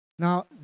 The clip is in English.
Now